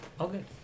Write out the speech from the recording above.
Okay